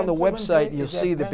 on the website you see the